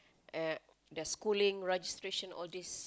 at the schooling registration all this